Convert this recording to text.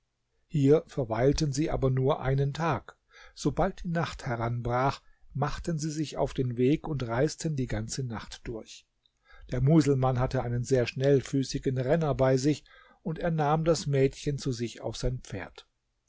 hier verweilten sie aber nur einen tag sobald die nacht heranbrach machten sie sich auf den weg und reisten die ganze nacht durch der muselmann hatte einen sehr schnellfüßigen renner bei sich und er nahm das mädchen zu sich auf sein pferd